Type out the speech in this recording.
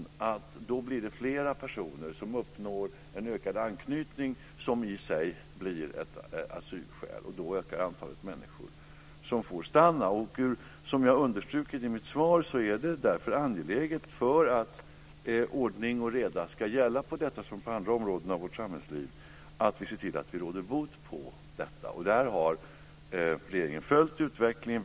Då ökar anknytningen för flera personer, vilket i sig blir ett asylskäl, och då ökar antalet människor som får stanna. Som jag har understrukit i mitt svar är det, för att ordning och reda ska gälla på detta som på andra områden av vårt samhällsliv, angeläget att vi ser till att vi råder bot på detta. Regeringen har följt utvecklingen.